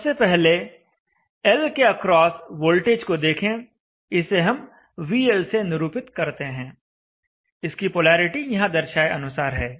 सबसे पहले L के अक्रॉस वोल्टेज को देखें इसे हम VL से निरूपित करते हैं इसकी पोलैरिटी यहां दर्शाए अनुसार है